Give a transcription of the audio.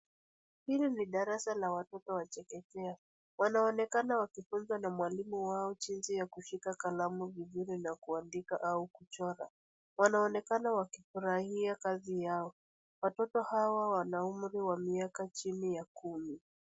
Hili ni darasa la watoto wa chekechea. Wanaonekana wakifunzwa na mwalimu wao jinsi ya kushika kalamu vizuri na kuandika au kuchora. Wanaonekana wakifurahia kazi yao. Watoto hawa wana umri wa miaka chini ya kumi.